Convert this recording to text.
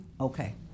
Okay